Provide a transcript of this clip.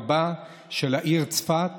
רבה של העיר צפת